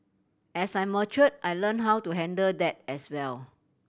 as I mature I learnt how to handle that as well